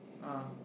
uh